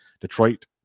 Detroit